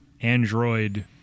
Android